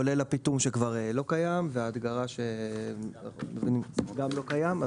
כולל הפיטום שכבר לא קיים וההדגרה שכבר לא קיים,